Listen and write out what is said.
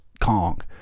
Kong